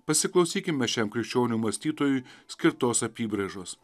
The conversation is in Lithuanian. pasiklausykime šiam krikščionių mąstytojui skirtos apybrėžos